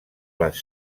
les